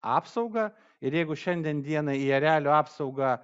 apsaugą ir jeigu šiandien dienai į erelio apsaugą